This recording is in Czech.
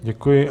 Děkuji.